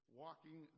walking